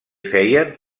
feien